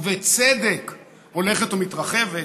ובצדק היא הולכת ומתרחבת: